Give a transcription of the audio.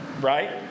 Right